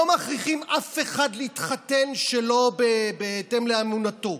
לא מכריחים אף אחד להתחתן שלא בהתאם לאמונתו.